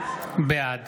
בעד